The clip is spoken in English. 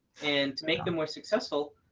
and make them more successful